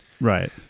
Right